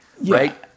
Right